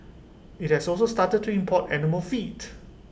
IT has also started to import animal feet